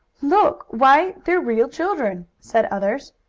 look! why they're real children! said others.